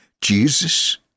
Jesus